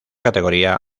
categoría